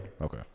Okay